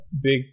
big